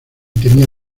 tenía